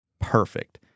perfect